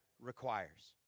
requires